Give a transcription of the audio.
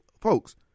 folks